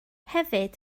hefyd